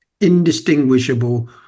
indistinguishable